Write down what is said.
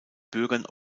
bürgern